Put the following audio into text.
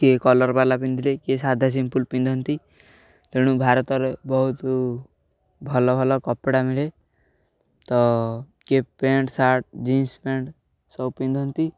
କିଏ କଲର୍ ବାଲା ପିନ୍ଧିଲେ କିଏ ସାଧା ସିମ୍ପୁଲ ପିନ୍ଧନ୍ତି ତେଣୁ ଭାରତରେ ବହୁତ ଭଲ ଭଲ କପଡ଼ା ମିଳେ ତ କିଏ ପ୍ୟାଣ୍ଟ ସାର୍ଟ ଜିନ୍ସ ପ୍ୟାଣ୍ଟ ସବୁ ପିନ୍ଧନ୍ତି